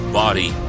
body